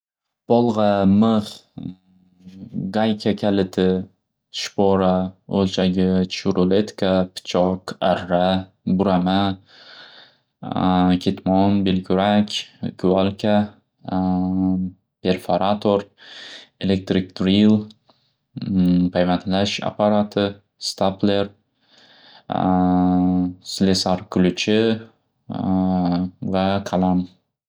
Bolg'a, mix, gayka kaliti, shpora, o'lchagich, ruletka, pichoq, arra, burama, ketmon, belkurak, kuvalka, perfarator, elektrik priyu, payvantlash aparati, stapler, slesar kuluchi va qalam.